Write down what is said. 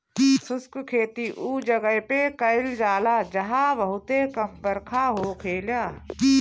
शुष्क खेती उ जगह पे कईल जाला जहां बहुते कम बरखा होखेला